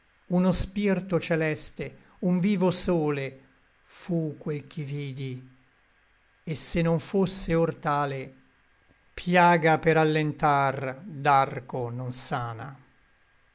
uno spirto celeste un vivo sole fu quel ch'i vidi et se non fosse or tale piagha per allentar d'arco non sana